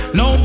no